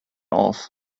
off